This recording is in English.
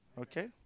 Okay